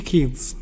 Kids